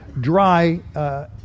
dry